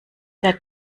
that